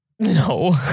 No